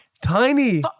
Tiny